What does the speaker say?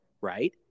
right